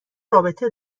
رابطه